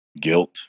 guilt